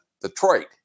Detroit